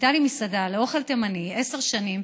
הייתה לי מסעדה לאוכל תימני עשר שנים.